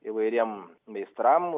įvairiem meistram